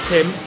Tim